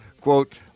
Quote